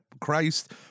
Christ